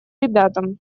ребятам